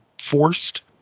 forced